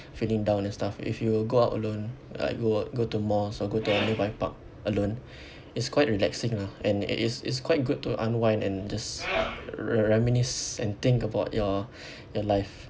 feeling down and stuff if you go out alone like go go to malls or go to a nearby park alone it's quite relaxing lah and it is it's quite good to unwind and just reminisce and think about your your life